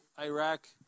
Iraq